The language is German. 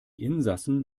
insassen